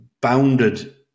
bounded